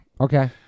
okay